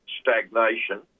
stagnation